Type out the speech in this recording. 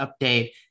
update